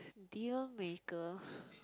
deal maker